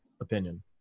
opinion